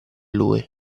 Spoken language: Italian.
lui